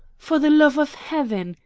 for the love of heaven!